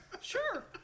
Sure